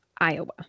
Iowa